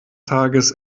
tages